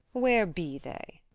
where be they?